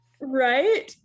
right